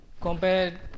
compared